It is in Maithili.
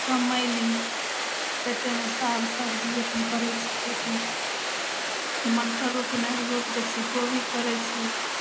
कमैली खेतेमे साग सब्जी अपन करै छी खेती मटर रोपि रोपि दै छी गोभी फरै छै